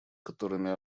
которыми